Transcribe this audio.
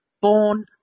born